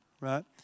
right